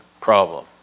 problem